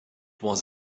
was